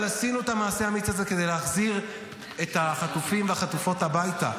אבל עשינו את המעשה האמיץ הזה כדי להחזיר את החטופים והחטופות הביתה.